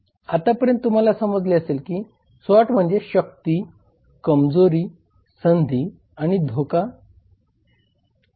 आतापर्यंत तुम्हाला समजले असेल की स्वॉट म्हणजे शक्ती कमजोरी संधी आणि धोका आहे